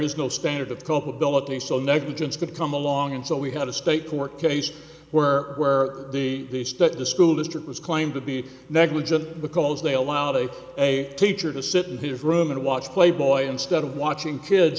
is no standard of culpability so negligence could come along and so we had a state court case where where the respect to school district was claimed to be negligent because they allowed a a teacher to sit in his room and watch playboy instead of watching kids